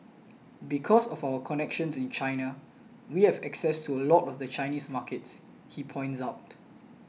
because of our connections in China we have access to a lot of the Chinese markets he points out